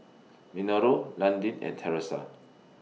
Minoru Landin and Theresa